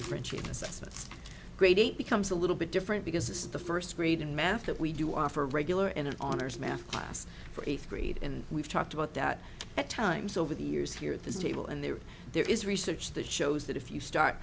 assessments grade eight becomes a little bit different because this is the first grade in math that we do offer regular and it honors math class for eighth grade and we've talked about that at times over the years here at this table and there there is research that shows that if you start